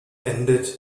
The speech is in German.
endet